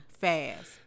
fast